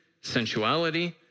sensuality